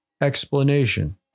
explanation